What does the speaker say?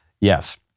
Yes